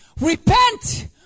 Repent